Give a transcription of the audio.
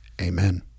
Amen